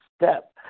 step